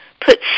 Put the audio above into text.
put